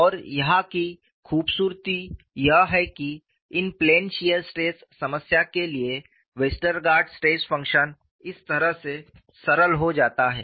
और यहां की खूबसूरती यह है कि इन प्लेन शियर स्ट्रेस समस्या के लिए Westergaard stress function Westergaard's Stress Function इस तरह से सरल हो जाता है